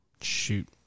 shoot